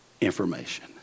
information